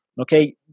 okay